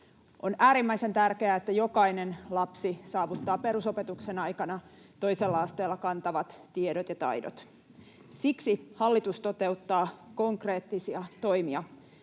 On äärimmäisen tärkeää, että jokainen lapsi saavuttaa perusopetuksen aikana toisella asteella kantavat tiedot ja taidot. Siksi hallitus toteuttaa konkreettisia toimia